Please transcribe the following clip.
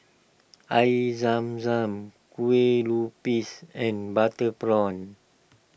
Air Zam Zam Kueh Lupis and Butter Prawn